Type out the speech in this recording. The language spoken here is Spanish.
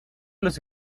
los